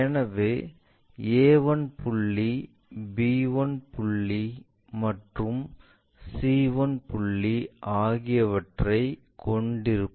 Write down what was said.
எனவே a1 புள்ளி b1 புள்ளி மற்றும் c1 புள்ளி ஆகியவற்றைக் கொண்டிருப்போம்